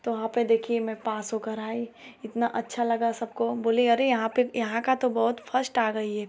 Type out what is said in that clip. तो वहाँ पर देखिए मैं पास होकर आई इतना अच्छा लगा सबको बोलें अरे यहाँ पर यहाँ का तो बहुत फस्ट आ गई है